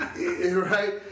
Right